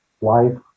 life